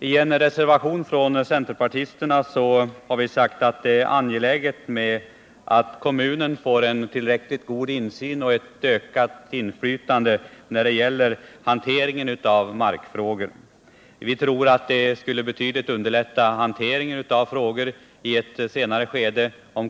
I en reservation från centerpartisterna i utskottet har vi sagt att det är angeläget att kommunerna får en god insyn i och ett ökat inflytande på hanteringen av markfrågor — vi tror att det betydligt skulle underlätta handläggningen av dessa frågor i ett senare skede.